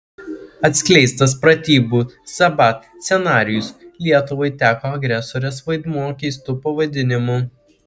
atskleistas pratybų zapad scenarijus lietuvai teko agresorės vaidmuo keistu pavadinimu